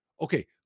okay